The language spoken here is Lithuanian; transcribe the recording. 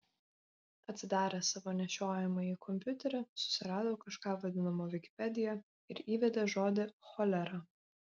atsidaręs savo nešiojamąjį kompiuterį susirado kažką vadinamą vikipedija ir įvedė žodį cholera